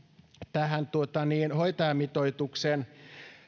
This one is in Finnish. tähän hoitajamitoituksen